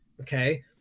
Okay